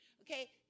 Okay